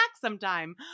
sometime